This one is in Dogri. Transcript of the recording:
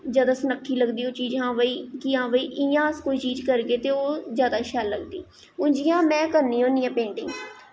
जैदा सनक्खी लगदी ऐ ओह् चीज़ की आं भई इ'यां कोई चीज़ करगे ते ओह् जादा शैल लगदी हून जि'यां में करनी होन्नी आं पेंटिंग